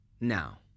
now